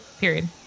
Period